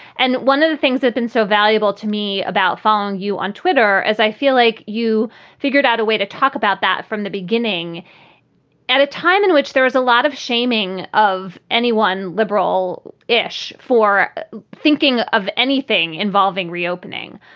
and one of the things that's been so valuable to me about following you on twitter is i feel like you figured out a way to talk about that from the beginning at a time in which there is a lot of shaming of anyone liberal ish for thinking of anything involving reopening.